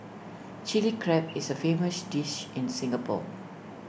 Chilli Crab is A famous dish in Singapore